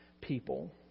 people